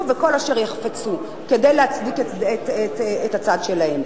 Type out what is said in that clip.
וכל אשר יחפצו כדי להצדיק את הצד שלהם.